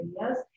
ideas